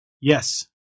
yes